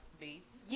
beats